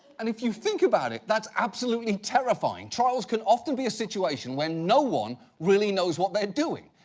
and if you think about it, that's absolutely terrifying. trials can often be a situation when no one really knows what they are doing.